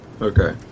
Okay